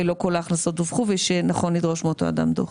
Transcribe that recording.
לא כל ההכנסות דווחו ושנכון לדרוש מאותו אדם דוח.